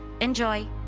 Enjoy